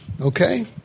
Okay